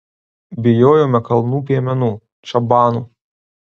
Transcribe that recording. bijojome kalnų piemenų čabanų